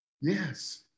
Yes